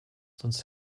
sonst